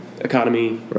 Economy